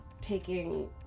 taking